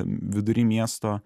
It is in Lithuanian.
vidury miesto